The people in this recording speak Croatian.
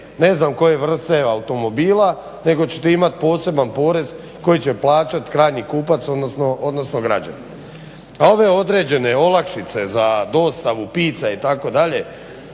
ne znam koje vrste automobila, nego ćete imati psoeban porez koji će plaćati krajnji kupac, odnosno građanin, a ove određene olakšice za dostavu pizza itd.